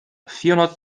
vierhundert